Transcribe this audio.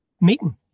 meeting